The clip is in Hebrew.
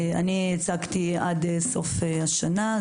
הצגתי שזה יוגש עד סוף השנה.